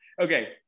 Okay